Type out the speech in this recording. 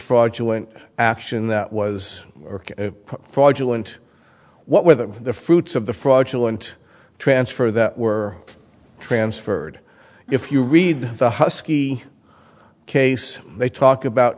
fraudulent action that was fraudulent what were the fruits of the fraudulent transfer that were transferred if you read the husky case they talk about